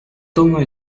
toma